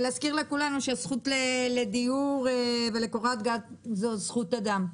אזכיר לכולנו שהזכות לדיור ולקורת גג היא זכות אדם.